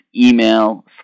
email